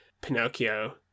Pinocchio